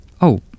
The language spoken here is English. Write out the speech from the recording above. Oh